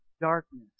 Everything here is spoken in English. darkness